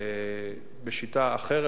בשיטה אחרת,